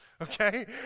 okay